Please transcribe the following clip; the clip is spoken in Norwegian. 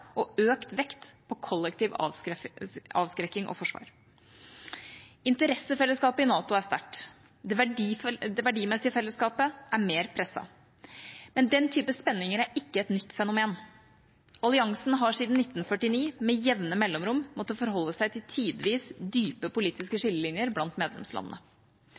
og økt vekt på kollektiv avskrekking og forsvar. Interessefellesskapet i NATO er sterkt. Det verdimessige fellesskapet er mer presset. Men den typen spenninger er ikke et nytt fenomen. Alliansen har siden 1949 med jevne mellomrom måttet forholde seg til tidvis dype politiske skillelinjer blant medlemslandene.